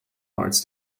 arts